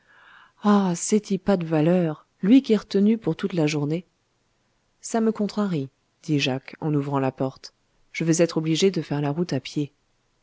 c'est y pas de valeur lui qu'est retenu pour toute la journée ça me contrarie dit jacques en ouvrant la porte je vais être obligé de faire la route à pied